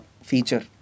feature